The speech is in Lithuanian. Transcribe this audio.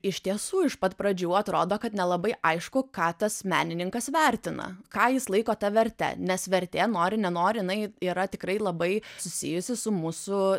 iš tiesų iš pat pradžių atrodo kad nelabai aišku ką tas menininkas vertina ką jis laiko ta verte nes vertė nori nenori jinai yra tikrai labai susijusi su mūsų